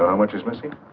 which is missing.